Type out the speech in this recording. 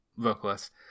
vocalist